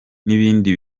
n’ibindi